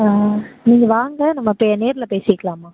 நீங்கள் வாங்க நம்ம பே நேரில் பேசிக்கலாம்மா